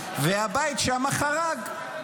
והבית שם חרג.